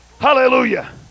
Hallelujah